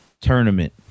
tournament